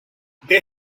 they